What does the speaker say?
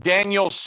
Daniel